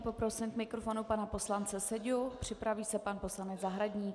Poprosím k mikrofonu pana poslance Seďu, připraví se pan poslanec Zahradník.